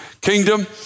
kingdom